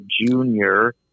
junior